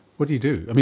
what do you do?